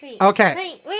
Okay